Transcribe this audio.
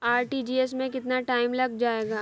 RTGS में कितना time लग जाएगा?